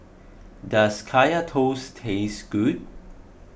does Kaya Toast taste good